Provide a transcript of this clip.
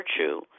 virtue